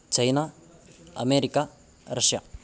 China America Russia